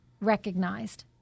recognized